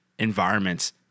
environments